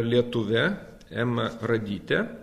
lietuvė ema radytė